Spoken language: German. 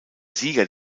sieger